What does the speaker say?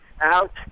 out